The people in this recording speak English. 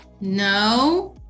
no